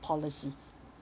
policy